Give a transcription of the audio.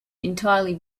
entirely